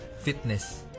Fitness